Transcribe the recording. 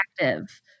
active